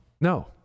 No